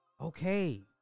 Okay